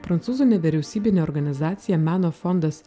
prancūzų nevyriausybinė organizacija meno fondas